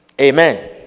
amen